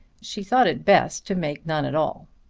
she thought it best to make none at all.